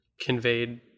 conveyed